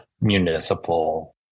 municipal